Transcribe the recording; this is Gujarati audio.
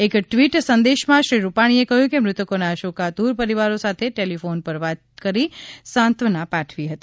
એક ટવીટ સંદેશામાં શ્રી રૂપાણીએ કહ્યુ છે કે મૃતકોના શોકાતુર પરિવારો સાથે ટેલિફોન પર વાત કરી સાંત્વના પાઠવી હતી